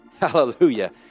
Hallelujah